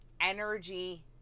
energy